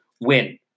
win